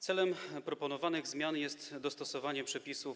Celem proponowanych zmian jest dostosowanie przepisów